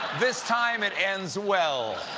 this time it ends well.